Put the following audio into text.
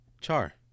Char